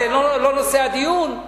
זה לא נושא הדיון,